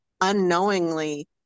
unknowingly